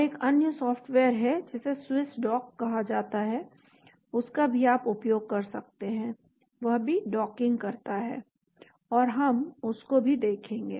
और एक अन्य सॉफ्टवेयर है जिसे स्विसडॉक कहा जाता है उसका भी आप उपयोग कर सकते हैं वह भी डॉकिंग करता है और हम उस को भी देखेंगे